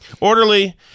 orderly